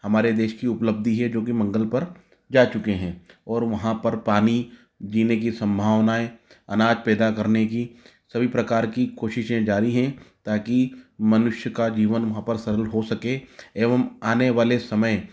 हमारे देश की उपलब्धि है जो कि मंगल पर जा चुके हैं और वहाँ पर पानी जीने की सम्भावनाएं अनाज पैदा करने की सभी प्रकार की कोशिशें जारी हैं ताकि मनुष्य का जीवन वहाँ पर सरल हो सके एवं आने वाले समय